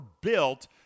built